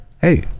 Hey